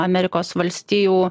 amerikos valstijų